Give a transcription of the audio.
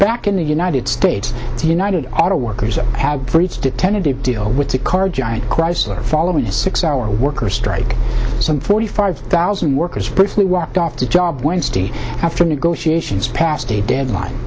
back in the united states the united auto workers that had breached a tentative deal with the car giant chrysler following a six hour worker strike some forty five thousand workers briefly walked off the job wednesday after negotiations passed a deadline